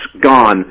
gone